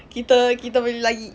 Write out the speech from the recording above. kita kita beli lagi